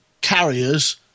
carriers